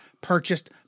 purchased